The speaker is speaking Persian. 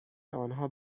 آنها